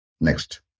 Next